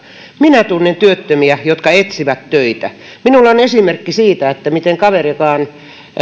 minä tunnen työttömiä jotka etsivät töitä minulla on esimerkki siitä miten kaveri joka on